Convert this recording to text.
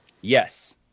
Yes